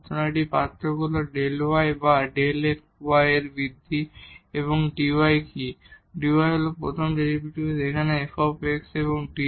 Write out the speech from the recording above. সুতরাং এখন এখানে পার্থক্য হল Δ y বা Δ y এই বৃদ্ধি এবং এই dy কি dy এই প্রথম ডেরিভেটিভ এখানে f এবং dx